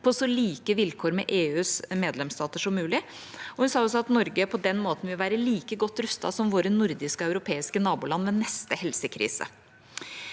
på så like vilkår som EUs medlemsstater som mulig. Hun sa også at Norge på den måten vil være like godt rustet som våre nordiske og europeiske naboland ved neste helsekrise.